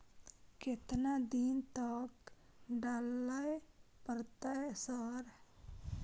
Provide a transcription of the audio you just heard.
केतना दिन तक डालय परतै सर?